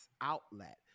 outlet